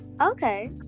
okay